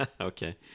Okay